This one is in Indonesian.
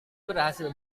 berhasil